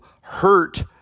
hurt